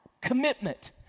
Commitment